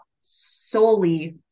solely